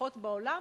המפותחות בעולם,